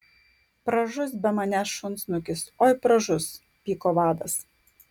pražus be manęs šunsnukis oi pražus pyko vadas